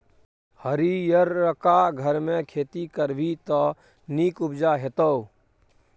हरियरका घरमे खेती करभी त नीक उपजा हेतौ